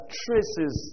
traces